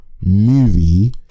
movie